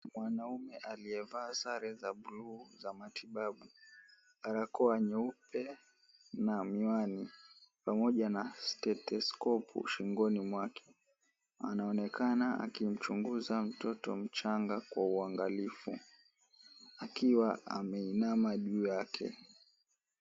Mwanaume aliyevaa sare za buluu za matibabu, barakoa nyeupe na miwani pamoja na stetheskopu shingoni mwake anaonekana akimchunguza mtoto mchanga kwa uangalifu, akiwa ameinama juu yake.